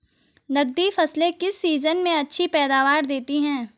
नकदी फसलें किस सीजन में अच्छी पैदावार देतीं हैं?